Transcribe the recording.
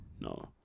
No